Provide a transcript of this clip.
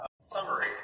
summary